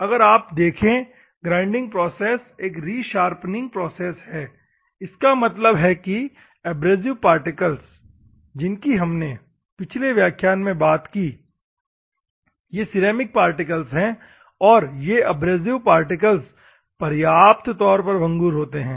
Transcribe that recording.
अगर आप देखे ग्राइंडिंग प्रोसेस एक री शार्पनिंग प्रोसेस है इसका मतलब है कि एब्रेसिव पार्टिकल्स जिनकी हमने पिछले व्याख्यान में बात की ये सिरेमिक पार्टिकल्स हैं और ये एब्रसिव्स पार्टिकल्स पर्याप्त तौर पर भंगुर होते हैं